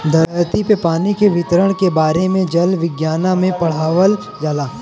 धरती पे पानी के वितरण के बारे में जल विज्ञना में पढ़ावल जाला